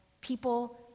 people